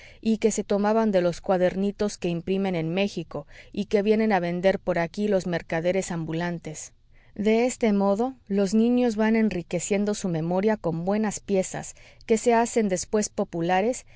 y que se tomaban de los cuadernitos que imprimen en méxico y que vienen a vender por aquí los mercaderes ambulantes de este modo los niños van enriqueciendo su memoria con buenas piezas que se hacen después populares